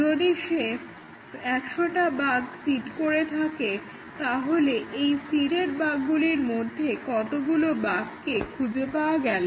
যদি সে 100টা বাগ সিড করে থাকে তাহলে এই সিডেড বাগগুলোর মধ্যে কতগুলো বাগকে খুঁজে পাওয়া গেলো